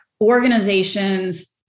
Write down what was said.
organizations